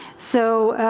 so,